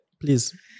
Please